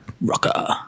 rocker